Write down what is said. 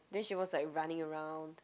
then she was like running around